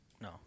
No